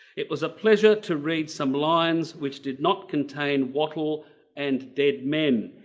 it was a pleasure to read some lines which did not contain wattle and dead men